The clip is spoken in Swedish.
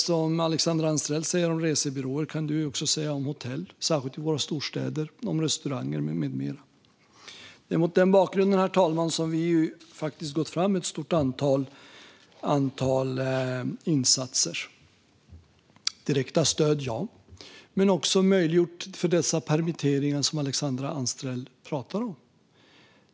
Det Alexandra Anstrell säger om resebyråer kan man också säga om hotell, särskilt i våra storstäder, och om restauranger med mera. Herr talman! Det är mot den bakgrunden som vi har gått fram med ett stort antal insatser. Ja, det har varit direkta stöd. Men vi har också möjliggjort de permitteringar som Alexandra Anstrell talar om.